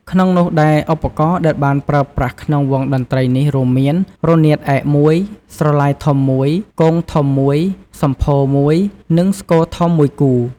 ក្នុងនោះដែរឧបករណ៍រដែលបានប្រើប្រាស់ក្នុងវង់តន្ត្រីនេះរួមមាន រនាតឯក១ ស្រឡៃធំ១ គងធំ១ សម្ភោរ១ និងស្គរធំ១គូ។